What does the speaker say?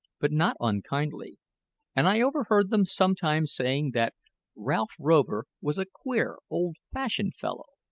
but not unkindly and i overheard them sometimes saying that ralph rover was a queer, old-fashioned fellow.